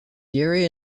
yuri